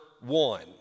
one